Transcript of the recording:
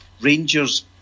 rangers